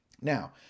Now